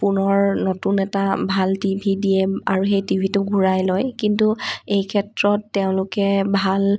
পুনৰ নতুন এটা ভাল টিভি দিয়ে আৰু সেই টিভিটো ঘূৰাই লয় কিন্তু এইক্ষেত্ৰত তেওঁলোকে ভাল